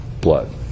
blood